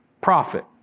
profit